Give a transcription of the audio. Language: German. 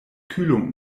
kühlung